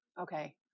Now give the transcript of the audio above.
Okay